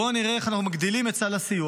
בוא נראה איך אנחנו מגדילים את סל הסיוע,